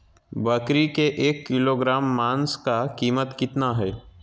बकरी के एक किलोग्राम मांस का कीमत कितना है?